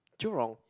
Jurong